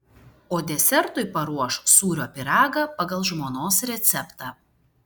o desertui paruoš sūrio pyragą pagal žmonos receptą